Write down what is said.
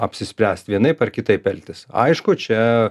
apsispręst vienaip ar kitaip elgtis aišku čia